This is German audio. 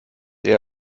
eher